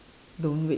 don't wait